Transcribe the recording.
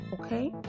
okay